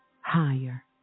Higher